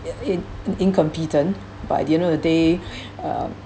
in~ in~ incompetent but at the end of the day uh